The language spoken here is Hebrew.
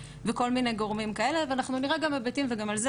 שמשתנים מקבוצה אחת לשנייה באוכלוסיה,